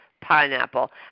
Pineapple